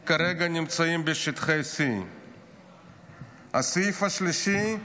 נמצאים כרגע בשטחי C. הסעיף השלישי: